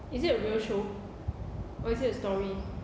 is it a real show or is it a story